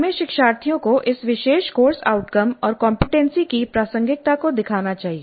हमें शिक्षार्थियों को इस विशेष कोर्स आउटकम और कमपेटेंसी की प्रासंगिकता को दिखाना चाहिए